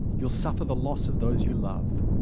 you'll suffer the loss of those you love.